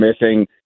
missing